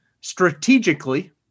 strategically